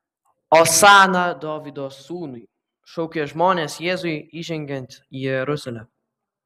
osana dovydo sūnui šaukė žmonės jėzui įžengiant į jeruzalę